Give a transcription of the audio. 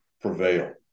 prevail